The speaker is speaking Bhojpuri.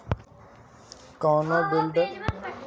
कोनो विडर का ह अउर एकर उपयोग का ह?